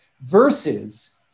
versus